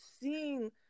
seeing